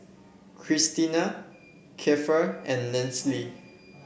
Krystina Kiefer and Lesley